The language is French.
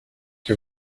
que